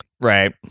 Right